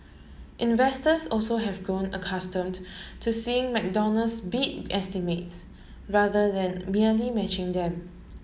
investors also have grown accustomed to seeing McDonald's beat estimates rather than merely matching them